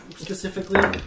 specifically